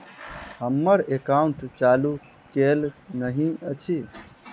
हम्मर एकाउंट चालू केल नहि अछि?